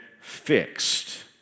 fixed